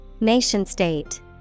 Nation-state